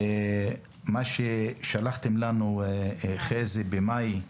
חזי, שלחתם לנו במאי,